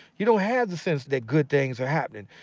you don't have the sense that good things are happening.